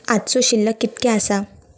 आजचो शिल्लक कीतक्या आसा?